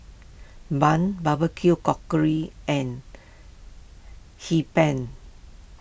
Bun Barbecue and Hee Pan